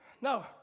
No